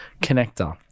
Connector